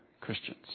Christians